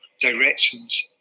directions